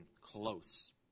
close